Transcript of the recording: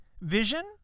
Vision